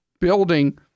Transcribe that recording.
building